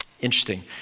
interesting